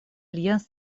альянс